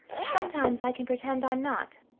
sometimes i can pretend i'm not,